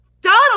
donald